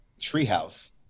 treehouse